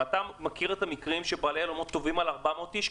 האם אתה מכיר מקרים שבעלי האולמות תובעים על 400 איש?